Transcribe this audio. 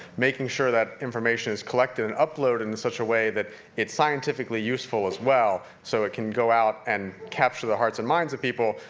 making sure that information is collected and uploaded in such a way that it's scientifically useful as well, so it can go out and capture the hearts and minds of people,